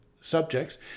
subjects